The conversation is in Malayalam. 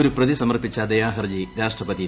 ഒരു പ്രതി സമർപ്പിച്ച ദയാ ഹർജി രാഷ്ട്രപതി തള്ളി